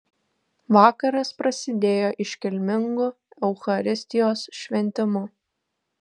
vakaras prasidėjo iškilmingu eucharistijos šventimu